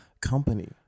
company